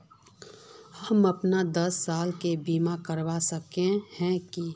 हम अपन दस साल के बीमा करा सके है की?